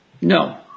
No